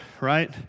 right